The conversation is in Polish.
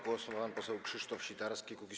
Głos ma pan poseł Krzysztof Sitarski, Kukiz’15.